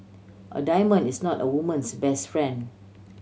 a diamond is not a woman's best friend